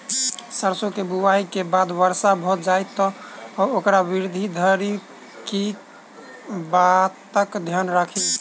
सैरसो केँ बुआई केँ बाद वर्षा भऽ जाय तऽ ओकर वृद्धि धरि की बातक ध्यान राखि?